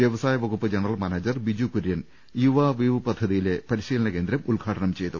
വൃവസായവകുപ്പ് general manager Biju Kurian Yuva weave പദ്ധതിയിലെ പരിശീലനകേന്ദ്രം ഉദ്ഘാടനം ചെയ്തു